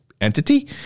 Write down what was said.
entity